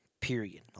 period